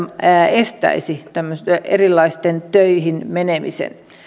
estäisivät erilaisiin töihin menemisen